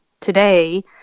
today